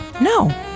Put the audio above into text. No